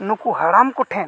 ᱱᱩᱠᱩ ᱦᱟᱲᱟᱢ ᱠᱚᱴᱷᱮᱱ